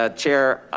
ah chair